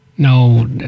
No